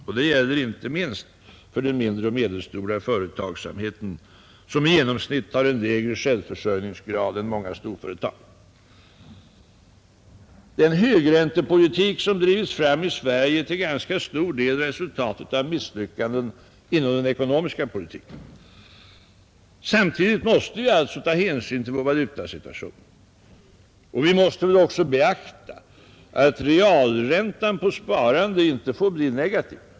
Detta gäller inte minst den mindre och medelstora företagsamheten, som i genomsnitt har en lägre självförsörjningsgrad än många storföretag. Den högräntepolitik som drivits fram i Sverige är till ganska stor del resultatet av misslyckanden inom den ekonomiska politiken. Samtidigt måste vi alltså ta hänsyn till vår valutasituation. Och vi måste också beakta att realräntan på sparande inte får bli negativ.